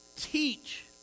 Teach